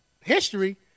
history